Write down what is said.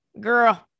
girl